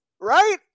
right